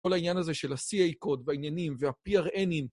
כל העניין הזה של ה-CA-code בעניינים וה-PRN'ים.